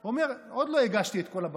הוא אומר: עוד לא הגשתי את כל הבקשות.